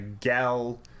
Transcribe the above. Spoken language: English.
Gal